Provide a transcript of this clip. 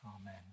Amen